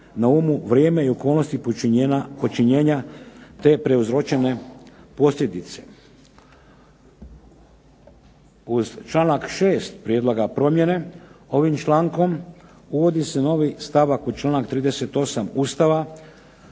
na umu vrijeme i okolnosti počinjenja te prouzročene posljedice. Uz članka 6. Prijedloga promjene, ovim člankom uvodi se novi stavak u članak 38. Ustava